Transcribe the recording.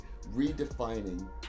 redefining